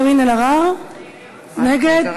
קארין אלהרר, נגד.